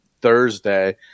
Thursday